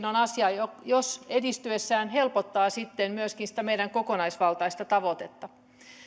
on myöskin asia joka edistyessään helpottaa sitten myöskin sitä meidän kokonaisvaltaista tavoitettamme